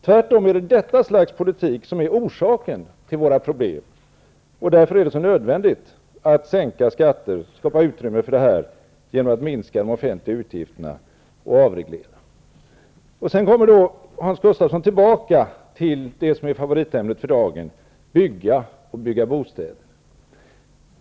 Tvärtom är detta slags politik orsaken till våra problem, och därför är det så nödvändigt att sänka skatter och att skapa utrymme för det genom att minska de offentliga utgifterna och avreglera. Sedan kommer Hans Gustafsson tillbaka till det som är favoritämnet för dagen: bygga, framför allt bygga bostäder.